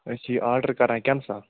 أسۍ چھِ یہِ آرڈر کران کینسل